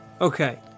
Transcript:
Okay